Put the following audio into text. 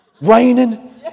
Raining